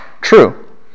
True